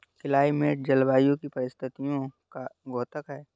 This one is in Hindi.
क्लाइमेट जलवायु की परिस्थितियों का द्योतक है